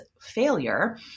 failure